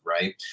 right